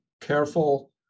careful